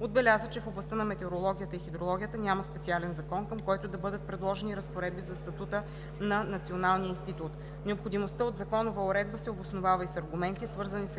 Отбеляза, че в областта на метеорологията и хидрологията няма специален закон, към който да бъдат предложени разпоредби за статута на Националния институт по метеорология и хидрология. Необходимостта от законова уредба се обосновава и с аргументи, свързани с